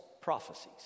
prophecies